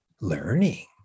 learning